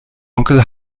onkel